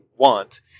Want